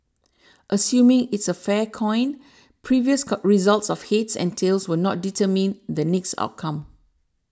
assuming it's a fair coin previous cow results of heads and tails will not determine the next outcome